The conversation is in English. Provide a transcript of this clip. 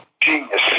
genius